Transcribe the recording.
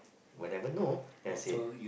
we'll never know then I say